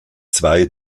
zwei